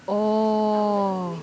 orh